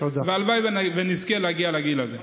והלוואי ונזכה להגיע לגיל הזה.